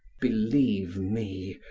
believe me,